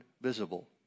visible